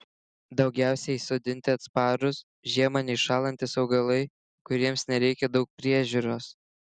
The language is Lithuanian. daugiausiai sodinti atsparūs žiemą neiššąlantys augalai kuriems nereikia daug priežiūros